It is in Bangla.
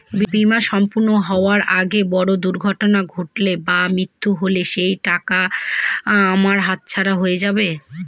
বীমা সম্পূর্ণ হওয়ার আগে বড় দুর্ঘটনা ঘটলে বা মৃত্যু হলে কি সেইটাকা আমার হাতছাড়া হয়ে যাবে?